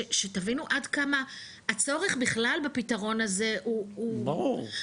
שתבינו עד כמה הצורך בכלל בפתרון הזה הוא -- ברור.